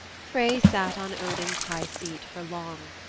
frey sat on odin's high seat for long.